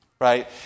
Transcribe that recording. Right